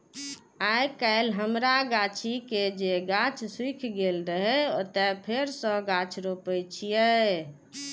आइकाल्हि हमरा गाछी के जे गाछ सूखि गेल रहै, ओतय फेर सं गाछ रोपै छियै